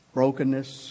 brokenness